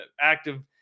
active